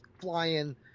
flying